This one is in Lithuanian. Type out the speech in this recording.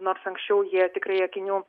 nors anksčiau jie tikrai akinių